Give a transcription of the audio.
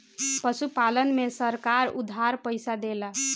पशुपालन में सरकार उधार पइसा देला?